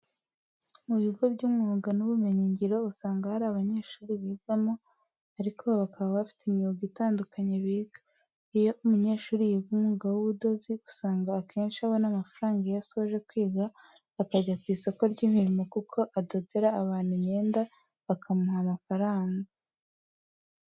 Mu bigo by'imyuga n'ubumenyingiro usanga hari abanyeshuri bigamo ariko bakaba bafite imyuga itandukanye biga. Iyo umunyeshuri yiga umwuga w'ubudozi usanga akenshi abona amafaranga iyo asoje kwiga akajya ku isoko ry'umurimo kuko adodera abantu imyenda bakamuha amafaranga ahagije.